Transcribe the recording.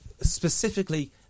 specifically